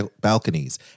balconies